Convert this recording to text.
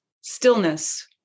Stillness